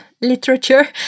literature